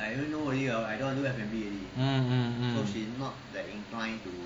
mm mm mm